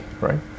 right